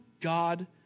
God